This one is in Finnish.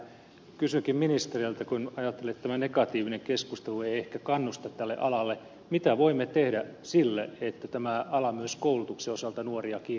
kysynkin ministereiltä kun ajattelee että tämä negatiivinen keskustelu ei ehkä kannusta tälle alalle mitä voimme tehdä sille että tämä ala myös koulutuksen osalta nuoria kiinnostaisi